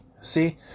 See